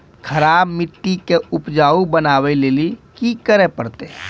खराब मिट्टी के उपजाऊ बनावे लेली की करे परतै?